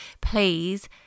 please